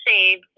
save